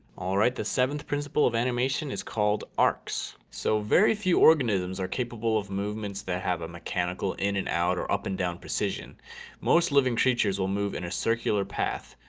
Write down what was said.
all right. the seventh principle of animation is called arcs. so very few organisms are capable of movements that have a mechanical in and out or up-and-down precision most living creatures will move in a circular path,